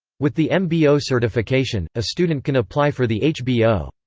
with the mbo certification, a student can apply for the hbo.